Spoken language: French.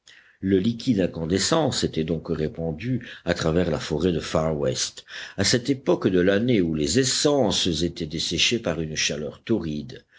le liquide incandescent s'était donc répandu à travers la forêt de far west à cette époque de l'année où les essences étaient desséchées par une chaleur torride